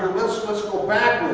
let's go backwards.